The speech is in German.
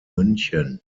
münchen